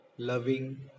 loving